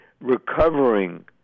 recovering